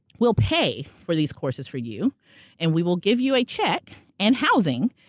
we'll pay for these courses for you and we will give you a check and housing.